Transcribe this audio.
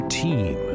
team